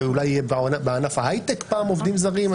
ואולי יהיה בענף ההייטק פעם עובדים זרים,